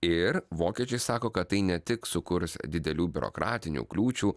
ir vokiečiai sako kad tai ne tik sukurs didelių biurokratinių kliūčių